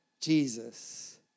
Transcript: Jesus